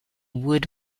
wood